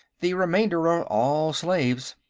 the remainder are all slaves.